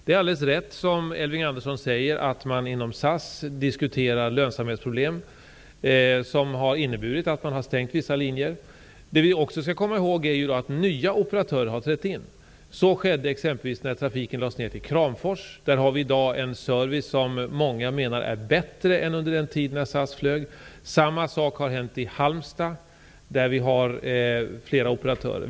Det är alldeles rätt som Elving Andersson säger att man inom SAS diskuterar lönsamhetsproblem, vilket har inneburit att man har stängt vissa linjer. Det vi skall komma ihåg är att nya operatörer har trätt in. Så skedde exempelvis när trafiken till Kramfors lades ned. Där har vi i dag en service som många menar är bättre än under den tid SAS flög. Samma sak har hänt i Halmstad, där vi hara flera operatörer.